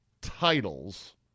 titles